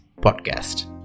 Podcast